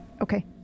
Okay